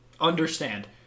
understand